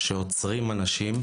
שעוצרים אנשים,